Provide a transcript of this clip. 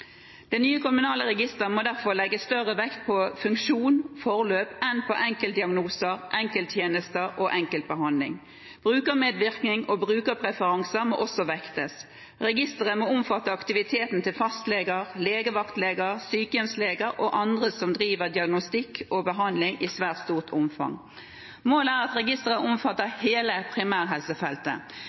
Det nye kommunale registeret må derfor legge større vekt på funksjon og forløp enn på enkeltdiagnoser, enkelttjenester og enkeltbehandlinger. Brukermedvirkning og brukerpreferanser må også vektes. Registeret må omfatte aktiviteten til fastleger, legevaktleger, sykehjemsleger og andre som driver diagnostikk og behandling i svært stort omfang. Målet er at registeret omfatter hele primærhelsefeltet.